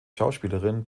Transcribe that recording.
schauspielerin